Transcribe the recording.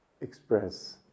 express